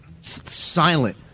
silent